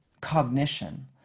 cognition